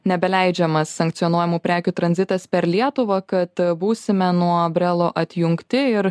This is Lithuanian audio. nebeleidžiamas sankcionuojamų prekių tranzitas per lietuvą kad būsime nuo brelo atjungti ir